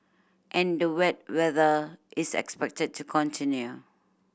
and the wet weather is expected to continue